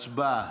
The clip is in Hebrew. הצבעה.